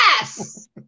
yes